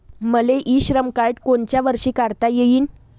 मले e Shram card कोनच्या वर्षी काढता येईन?